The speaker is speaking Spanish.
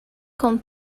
con